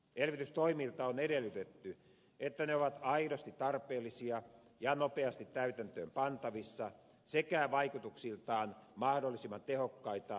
elvytystoimilta on edellytetty että ne ovat aidosti tarpeellisia ja nopeasti täytäntöön pantavissa sekä vaikutuksiltaan mahdollisimman tehokkaita työllisyyden kannalta